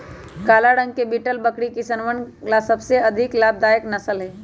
काला रंग के बीटल बकरी किसनवन ला सबसे अधिक लाभदायक नस्ल हई